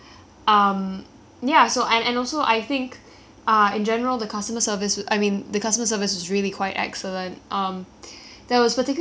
uh in general the customer service I mean the customer service is really quite excellent um that was particularly this one server I think his name was daniel